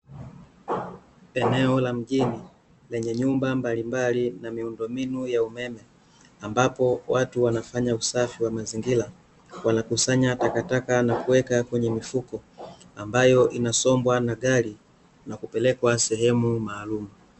Eneo la mjini lenye nyumba mbalimbali na miondombinu ya umeme, ambapo watu wanafanya usafi wa mazingira wanakusanya takataka na kuweka kwenye mifuko, ambayo inasombwa na gari na kupelekwa sehemu maalumu.